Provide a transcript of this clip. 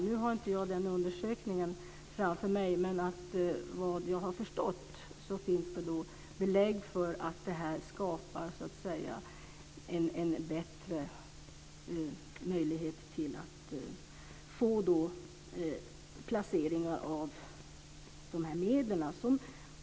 Nu har jag inte den undersökningen framför mig, men vad jag har förstått finns det belägg för att det här skapar en bättre möjlighet att få placeringar av medlen.